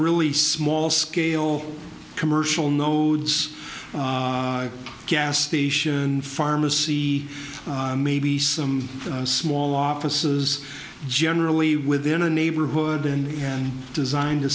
really small scale commercial nodes gas station pharmacy maybe some small offices generally within a neighborhood and an designed to